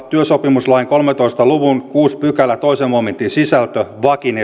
työsopimuslain kolmentoista luvun kuudennen pykälän toisen momentin sisältö